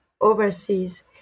overseas